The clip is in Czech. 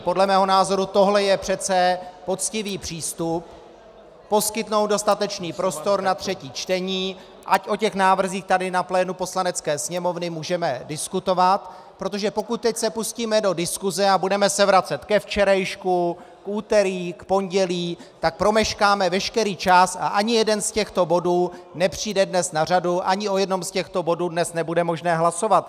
Podle mého názoru je tohle poctivý přístup poskytnout dostatečný prostor na třetí čtení, ať o těch návrzích tady na plénu Poslanecké sněmovny můžeme diskutovat, protože pokud se teď pustíme do diskuse a budeme se vracet ke včerejšku, k úterý, k pondělí, tak promeškáme veškerý čas a ani jeden z těchto bodů nepřijde na řadu a ani o jednom z těchto bodů nebude možné dnes hlasovat.